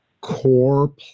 core